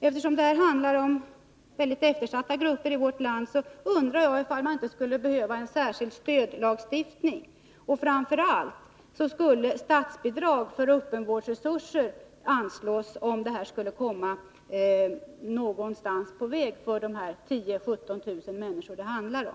Eftersom det här handlar om väldigt eftersatta grupper i vårt land, undrar jag om det inte skulle behövas en särskild stödlagstiftning. Framför allt borde statsbidrag för öppenvårdsresurser anslås, för att vi skall kunna komma någon vart beträffande de 10 000-17 000 människor det handlar om.